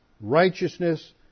Righteousness